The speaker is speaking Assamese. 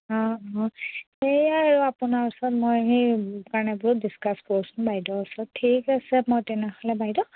অঁ অঁ সেয়াই আৰু আপোনাৰ ওচৰত মই সেই কাৰণে বোলো ডিছকাছ কৰোচোন বাইদেউৰ ওচৰত ঠিক আছে মই তেনেহ'লে বাইদেউ